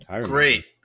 Great